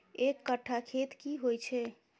एक कट्ठा खेत की होइ छै?